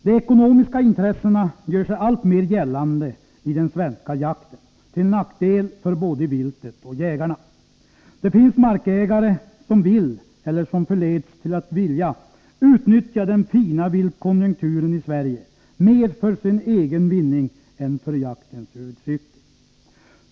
De ekonomiska intressena gör sig alltmer gällande i den svenska jakten, till nackdel för både viltet och jägarna. Det finns markägare som vill, eller som förleds till att vilja, utnyttja den fina viltkonjunkturen i Sverige mer för sin egen vinning än för jaktens huvudsyfte.